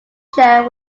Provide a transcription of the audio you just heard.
share